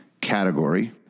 category